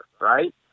Right